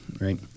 right